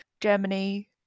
Germany